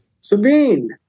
Sabine